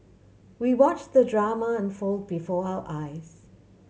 we watched the drama unfold before our eyes